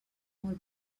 molt